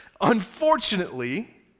unfortunately